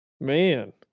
man